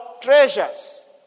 treasures